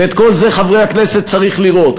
ואת כל זה, חברי הכנסת, צריך לראות.